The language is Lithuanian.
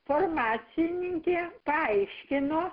farmacininkė paaiškino